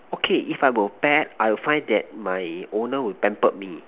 okay if I were a pet I will find that my owner will pamper me